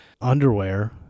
underwear